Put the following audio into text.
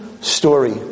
story